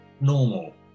normal